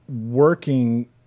working